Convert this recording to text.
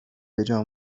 بهجا